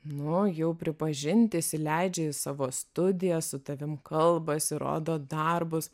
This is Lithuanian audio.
nu jau pripažinti įsileidžia į savo studiją su tavimi kalbasi rodo darbus